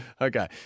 Okay